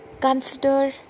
consider